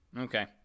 Okay